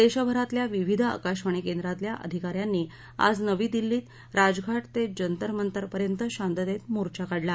देशभरातल्या विविध आकाशवाणी केंद्रातल्या आधिका यांनी आज नवी दिल्लीत राजघाट ते जंतरमंतरपर्यंत शांततेत मोर्चा काढला